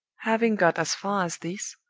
having got as far as this,